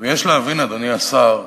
ויש להבין, אדוני השר,